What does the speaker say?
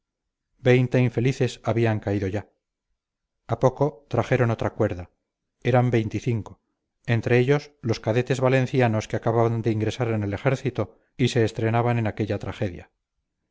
veinte infelices habían caído ya a poco trajeron otra cuerda eran veinticinco entre ellos los cadetes valencianos que acababan de ingresar en el ejército y se estrenaban en aquella tragedia